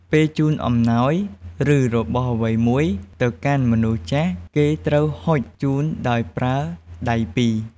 ពេលជូនអំណោយ ឬ របស់អ្វីមួយ ទៅកាន់មនុស្សចាស់ គេត្រូវហុចជូនដោយប្រើដៃពីរ។